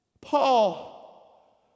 Paul